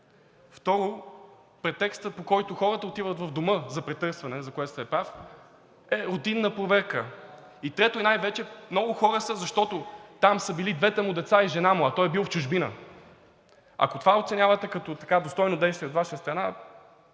Второ, претекстът, по който хората отиват в дома за претърсване, за което сте прав, е рутинна проверка. И трето, най-вече много хора са, защото там са били двете му деца и жена му, а той е бил в чужбина. Ако това оценявате като достойно действие от Ваша страна,